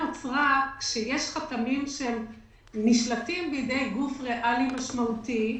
כשיש חתמים שנשלטים בידי גוף ריאלי משמעותי,